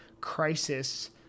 Crisis